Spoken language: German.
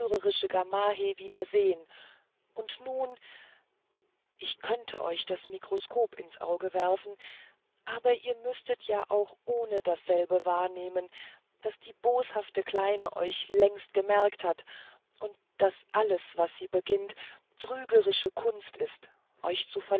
sehen und nun ich könnte euch das mikroskop ins auge werfen aber ihr müßt ja auch ohne dasselbe gewahren daß die boshafte kleine euch längst bemerkt hat und daß alles was sie beginnt trügerische kunst ist